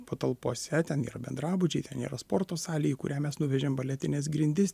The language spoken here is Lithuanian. patalpose ten yra bendrabučiai ten yra sporto salėj kuriai mes nuvežėm baletines grindis